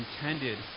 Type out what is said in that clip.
intended